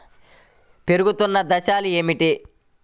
పెరుగుతున్న దశలు ఏమిటి?